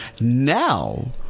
now